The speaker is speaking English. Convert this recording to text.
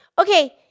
okay